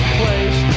place